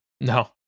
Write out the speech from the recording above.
No